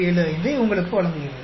775 ஐ உங்களுக்கு வழங்குகிறது